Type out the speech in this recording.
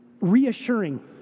reassuring